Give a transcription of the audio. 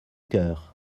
cœur